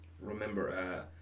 remember